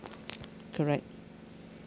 correct